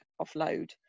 offload